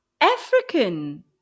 african